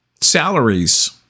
salaries